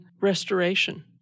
restoration